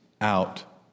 out